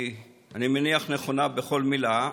אני מניח שהיא נכונה בכל מילה,